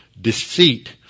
deceit